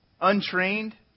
untrained